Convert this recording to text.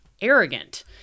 arrogant